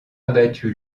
abattu